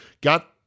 Got